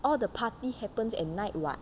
all the party happens at night [what]